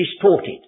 distorted